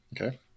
Okay